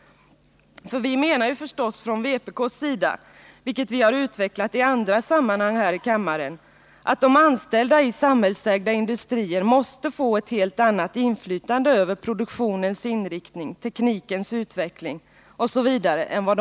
Vi menar från vpk:s sida, vilket vi har utvecklat i andra sammanhang här i kammaren, att de anställda i samhällsägda industrier måste få ett helt annat Nr 35 inflytande över produktionens inriktning, teknikens utveckling osv. än vad